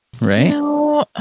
Right